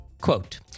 Quote